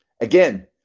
Again